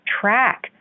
track